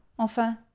enfin